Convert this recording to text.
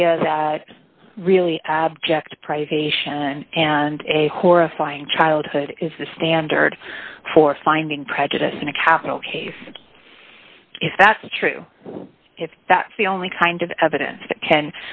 idea that really abject privation and a horrifying childhood is the standard for finding prejudice in a capital case if that's true if that's the only kind of evidence